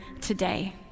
today